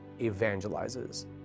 evangelizes